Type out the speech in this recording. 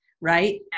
right